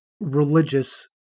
religious